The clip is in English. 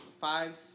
five